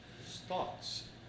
thoughts